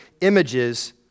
images